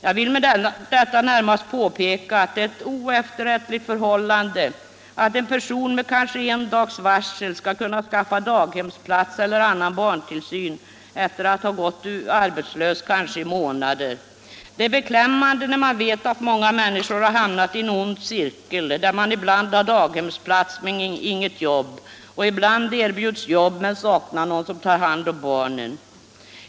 Jag vill här närmast påpeka att det är ett oefterrättligt förhållande att en person med kanske bara en dags varsel skall kunna skaffa daghemsplats eller annan barntillsyn efter att ha gått arbetslös kanske i månader. Detta är beklämmande när man vet att många människor har hamnat i en ond cirkel, där de ibland har daghemsplats men inget jobb, ibland erbjuds jobb men saknar någon som tar hand om barnen.